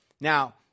Now